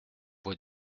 voix